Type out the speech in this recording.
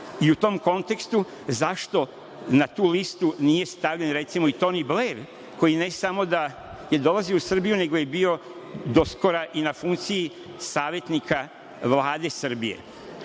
u tom kontekstu, zašto na tu listu nije stavljen, recimo i Toni Bler, koji je samo da je dolazio u Srbiju nego je bio do skora i na funkciji savetnike Vlade Srbije.U